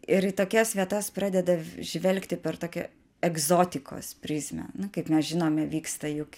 ir į tokias vietas pradeda žvelgti per tokią egzotikos prizmę kaip mes žinome vyksta juk